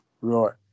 right